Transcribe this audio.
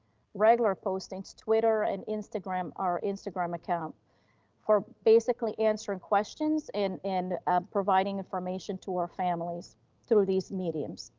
regular postings, twitter, and instagram, our instagram account for basically answering questions and and providing information to our families through these mediums.